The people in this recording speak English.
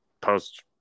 post